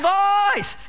voice